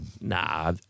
Nah